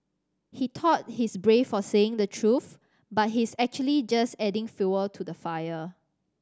he thought he's brave for saying the truth but he's actually just adding fuel to the fire